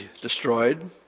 destroyed